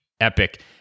epic